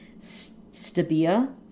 Stabia